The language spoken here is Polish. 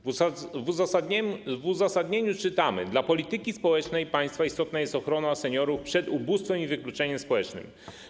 W uzasadnieniu czytamy: ˝Dla polityki społecznej państwa istotna jest ochrona seniorów przed ubóstwem i wykluczeniem społecznym.